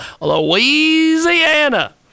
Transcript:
Louisiana